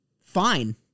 fine